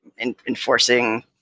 enforcing